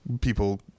people